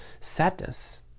sadness